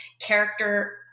character